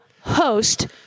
host